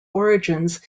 origins